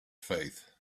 faith